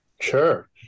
Sure